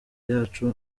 yacu